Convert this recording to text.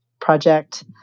Project